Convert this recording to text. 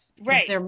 Right